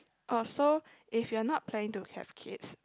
or so if you're not planning to have kids